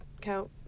count